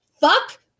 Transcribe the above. Fuck